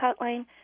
hotline